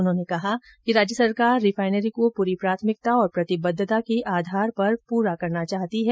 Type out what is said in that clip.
उन्होंने कहा कि राज्य सरकार रिफाइनरी को पूरी प्राथमिकता और प्रतिबद्धता के आधार पर पूरा करना चाहती है